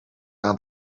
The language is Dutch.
aan